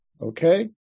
Okay